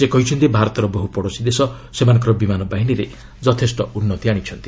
ସେ କହିଛନ୍ତି ଭାରତର ବହୁ ପଡ଼ୋଶୀ ଦେଶ ସେମାନଙ୍କର ବିମାନ ବାହିନୀରେ ଯଥେଷ୍ଟ ଉନ୍ନତି ଆଣିଛନ୍ତି